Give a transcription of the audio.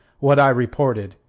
what i reported.